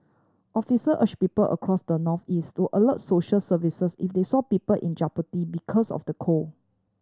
officer urge people across the northeast to alert social services if they saw people in jeopardy because of the cold